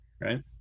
right